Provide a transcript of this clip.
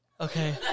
okay